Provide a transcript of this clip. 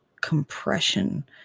compression